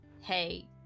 hey